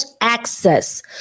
access